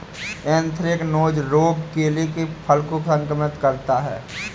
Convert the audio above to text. anthracnose रोग केले के फल को संक्रमित करता है